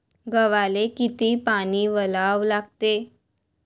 गव्हाले किती पानी वलवा लागते?